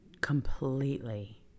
Completely